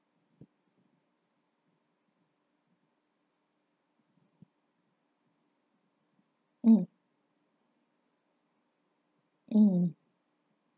um